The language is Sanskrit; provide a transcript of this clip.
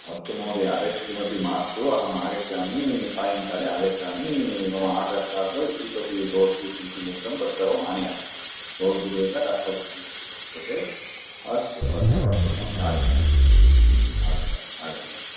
अस्तु महोदय अरेस्ट् किमपि मास्तु अहम् आगच्छामि सायङ्काले आगच्छामि मम आधारः कार्ड् इतोपि भवद्भिः किं किम् उक्तं तत्सर्वम् आनयामि भवद्भिरेव परिचयं कर्तुं शक्यते अस्तु अस्तु अस्तु महोदया आगच्छामि आगच्छामि आगच्छामि